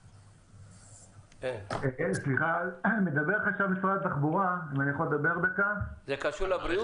אני, חשב משרד התחבורה זה קשור לבריאות?